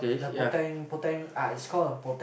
the Poteng Poteng ah it's called a Poteng